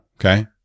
Okay